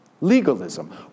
legalism